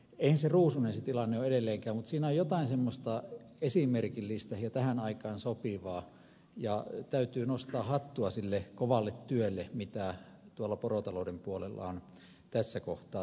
eihän se ruusuinen se tilanne ole edelleenkään mutta siinä on jotain semmoista esimerkillistä ja tähän aikaan sopivaa ja täytyy nostaa hattua sille kovalle työlle jota tuolla porotalouden puolella on tässä kohtaa tehty